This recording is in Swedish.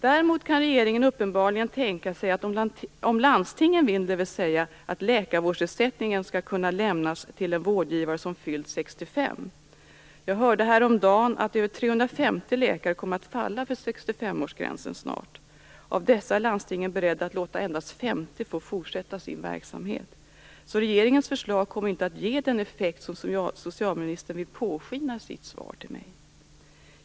Däremot kan regeringen uppenbarligen tänka sig att låta landstingen, om de så vill, lämna läkarvårdsersättning till en vårdgivare som fyllt 65. Jag hörde häromdagen att över 350 läkare snart kommer att falla för 65-årsgränsen. Av dessa är landstingen beredda att endast låta 50 få fortsätta sin verksamhet. Så regeringens förslag kommer inte att ge den effekt som socialministern vill påskina i sitt svar till mig.